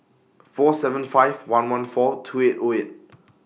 four seven five one one four two eight O eight